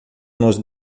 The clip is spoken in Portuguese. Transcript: nos